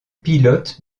pilotes